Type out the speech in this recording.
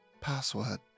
password